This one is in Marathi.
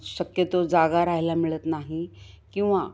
शक्यतो जागा राहायला मिळत नाही किंवा